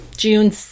June